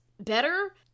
better